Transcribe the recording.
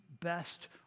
best